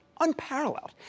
unparalleled